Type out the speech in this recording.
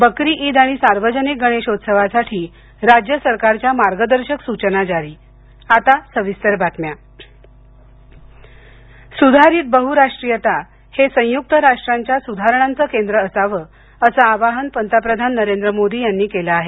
बकरी ईद आणि सार्वजनिक गणेशोत्सवासाठी राज्य सरकारच्या मार्गदर्शक सूचना जारी आता सविस्तर बातम्या पंतप्रधान सुधारित बह्राष्ट्रीयता हे संयुक्त राष्ट्रांच्या सुधारणांचं केंद्र असावं असं आवाहन पंतप्रधान नरेंद्र मोदी यांनी केलं आहे